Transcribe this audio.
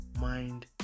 mind